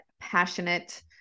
passionate